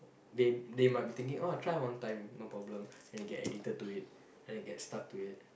they they might be thinking oh try one time no problem then they get addicted to it then they get stuck to it